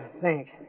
thanks